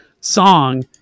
song